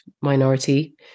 minority